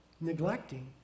neglecting